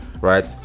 right